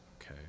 okay